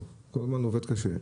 כל הזמן הוא עובד קשה.